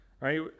right